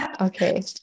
Okay